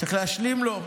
צריך להשלים לו,